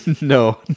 no